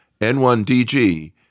N1DG